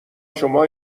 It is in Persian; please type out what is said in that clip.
شما